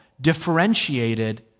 differentiated